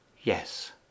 yes